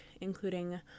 including